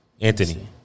Anthony